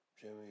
Jimmy